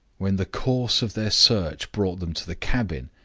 when the course of their search brought them to the cabin,